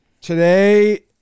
Today